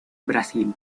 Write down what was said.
brasil